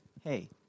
hey